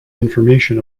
information